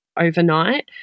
overnight